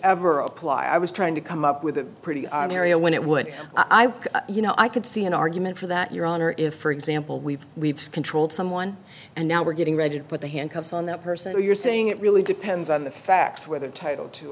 ever apply i was trying to come up with a pretty on area when it would i would you know i could see an argument for that your honor if for example we've we've controlled someone and now we're getting ready to put the handcuffs on that person or you're saying it really depends on the facts whether title t